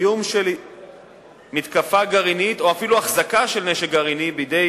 איום של מתקפה גרעינית או אפילו החזקה של נשק גרעיני בידי